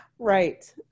Right